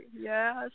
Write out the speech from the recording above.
Yes